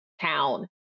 town